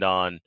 on